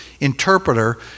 interpreter